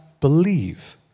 believe